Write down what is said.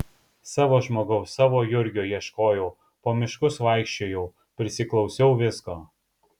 savo žmogaus savo jurgio ieškojau po miškus vaikščiojau prisiklausiau visko